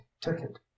ticket